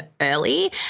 early